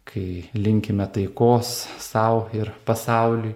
kai linkime taikos sau ir pasauliui